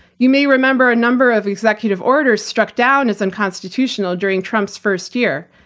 you may remember a number of executive orders struck down as unconstitutional during trump's first year,